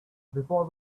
before